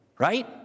Right